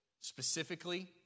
Specifically